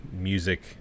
music